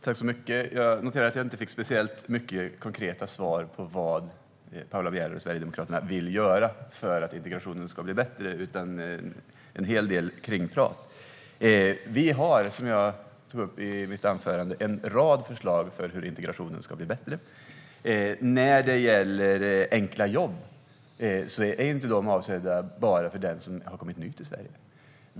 Herr talman! Jag noterar att jag inte fick många konkreta svar på vad Paula Bieler och Sverigedemokraterna vill göra för att integrationen ska bli bättre. Det var en hel del kringprat. Som jag tog upp i mitt anförande har vi en rad förslag för hur integrationen ska bli bättre. Enkla jobb är inte avsedda bara för den som har kommit ny till Sverige.